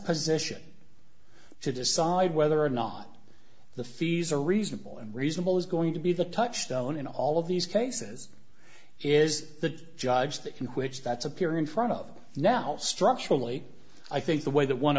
position to decide whether or not the fees are reasonable and reasonable is going to be the touchstone in all of these cases is the judge that can which that's appear in front of now structurally i think the way that